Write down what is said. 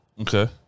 Okay